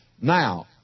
Now